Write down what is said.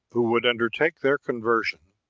who would undertake their conver sion,